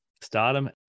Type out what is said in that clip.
stardom